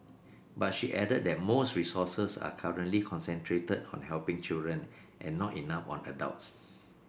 but she added that most resources are currently concentrated on helping children and not enough on adults